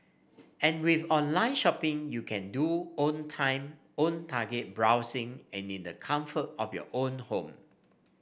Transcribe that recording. and with online shopping you can do own time own target browsing and in the comfort of your own home